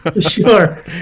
Sure